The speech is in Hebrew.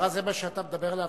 הדבר הזה, מה שאתה מדבר עליו,